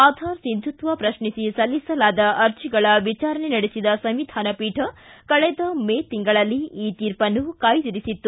ಆಧಾರ್ ಸಿಂಧುತ್ವ ಪ್ರಶ್ನಿಸಿ ಸಲ್ಲಿಸಲಾದ ಅರ್ಜಿಗಳ ವಿಚಾರಣೆ ನಡೆಸಿದ ಸಾಂವಿಧಾನ ಪೀಠವು ಕಳೆದ ಮೇ ತಿಂಗಳನಲ್ಲಿ ಈ ತೀರ್ಪನ್ನು ಕಾಯ್ದಿರಿಸಿತ್ತು